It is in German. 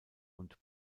und